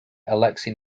alexei